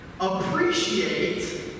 appreciate